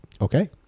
Okay